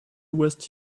west